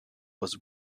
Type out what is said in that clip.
was